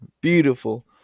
Beautiful